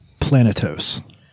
planetos